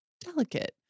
delicate